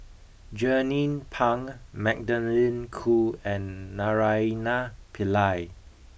Jernnine Pang Magdalene Khoo and Naraina Pillai